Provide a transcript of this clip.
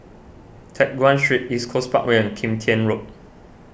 Teck Guan Street East Coast Parkway and Kim Tian Road